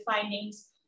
findings